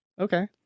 Okay